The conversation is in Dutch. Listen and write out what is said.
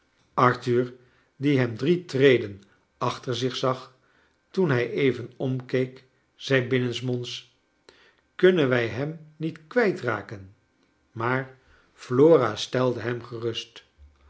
arthur die hem drie treden achter zich zag toen hij even omkeek zei binnensmonds kunnen wij hem niet kwijt raken maar flora stelde hem gerust